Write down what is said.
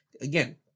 Again